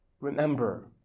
remember